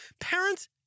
Parents